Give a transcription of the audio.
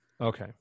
Okay